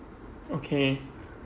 okay